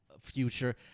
future